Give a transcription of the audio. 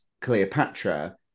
Cleopatra